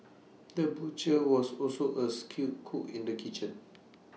the butcher was also A skilled cook in the kitchen